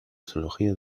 zoología